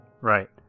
right